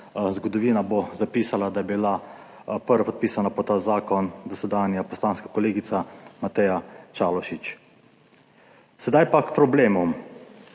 zgodovina bo zapisala, da je bila prvopodpisana pod ta zakon dosedanja poslanska kolegica Mateja Čalušić. Sedaj pa k problemom.